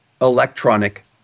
electronic